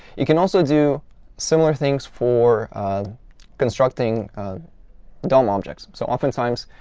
you can also do similar things for constructing dom objects. so oftentimes,